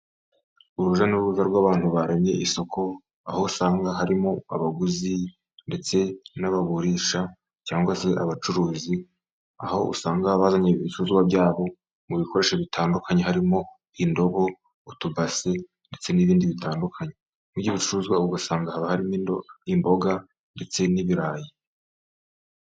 Urujya n'uruza rw'abantu baremye isoko, aho usanga harimo abaguzi ndetse n'abagurisha, cyangwa se abacuruzi, aho usanga bazanye ibicuruzwa byabo, mu bikoresho bitandukanye harimo: indobo, utubase, ndetse n'ibindi bitandukanye. Muri ibyo bicuruzwa ugasanga harimo imboga ndetse n'ibirayi.